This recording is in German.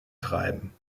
treiben